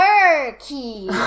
turkey